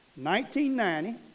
1990